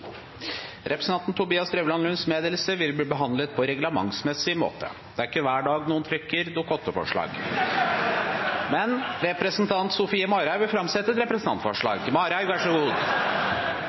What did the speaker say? Representanten Tobias Drevland Lunds meddelelse vil bli behandlet på reglementsmessig måte. Det er ikke hver dag noen trekker Dokument 8-forslag. Representanten Sofie Marhaug vil framsette et representantforslag.